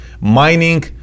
Mining